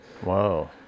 Whoa